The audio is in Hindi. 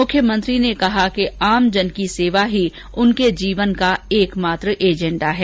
मुख्यमंत्री ने कहा कि आमजन की सेवा ही उनके जीवन का एकमात्र एजेंडा है